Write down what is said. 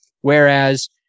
whereas